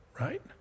Right